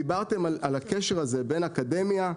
דיברתם על הקשר הזה בין אקדמיה,